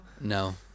No